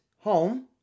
Home